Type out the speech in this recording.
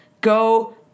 go